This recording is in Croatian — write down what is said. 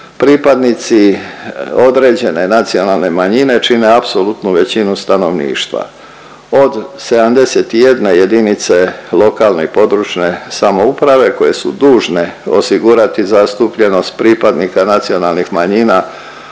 pripadnici određene nacionalne manjine čine apsolutnu većinu stanovništva. Od 71 jedinice lokalne i područne samouprave koje su dužne osigurati zastupljenost pripadnika nacionalnih manjina